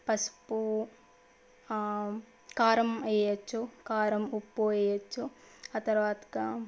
పసుపు ఆ కారం వేయొచ్చు కారం ఉప్పు వేయొచ్చు ఆ తరువాతకి